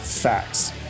Facts